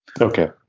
Okay